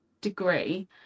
degree